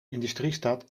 industriestad